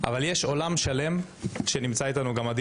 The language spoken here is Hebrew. אבל יש עולם שלם נמצא איתנו גם עדי